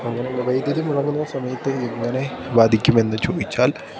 അങ്ങനുള്ള വൈദ്യുതി മുടങ്ങുന്ന സമയത്ത് എങ്ങനെ ബാധിക്കുമെന്ന് ചോദിച്ചാൽ